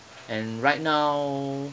and right now